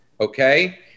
okay